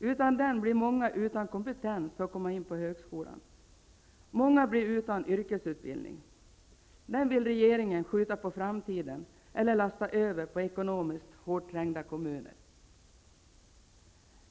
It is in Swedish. Utan den blir många utan kompetens för att komma in på högskolan. Många blir utan yrkesutbildning. Den vill regeringen skjuta på framtiden eller lasta över på ekonomiskt hårt trängda kommuner.